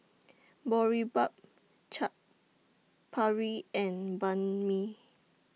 Boribap Chaat Papri and Banh MI